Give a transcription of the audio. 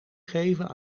geven